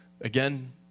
Again